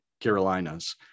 Carolinas